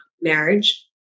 marriage